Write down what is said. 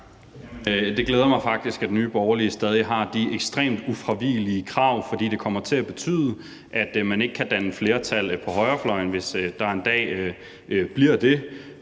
det glæder mig faktisk, at Nye Borgerlige stadig har de ekstremt ufravigelige krav, for det kommer til at betyde, at man ikke kan danne flertal på højrefløjen, hvis der en dag skulle